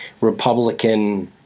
Republican